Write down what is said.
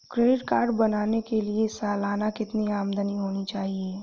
Credit card बनाने के लिए सालाना कितनी आमदनी होनी चाहिए?